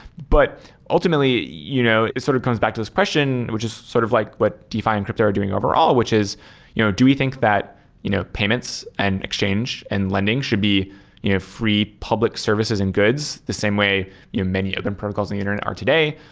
but ultimately you know it sort of comes back to this question, which is sort of like what defi and crypto are doing overall, which is you know do we think that you know payments and exchange and lending should be you know free public services and goods the same way yeah many of the protocols in the internet are today,